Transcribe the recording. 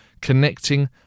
Connecting